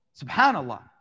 Subhanallah